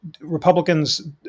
Republicans